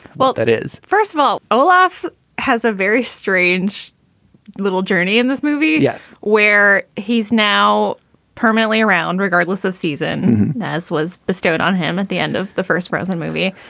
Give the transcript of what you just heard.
well, that is first of all, olaf has a very strange little journey in this movie. yes. where he is now permanently around regardless of season, as was bestowed on him at the end of the first president movie.